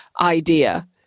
idea